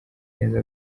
neza